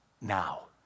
now